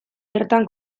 bertan